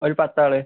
ഒരു പത്ത് ആൾ